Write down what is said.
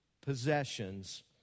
possessions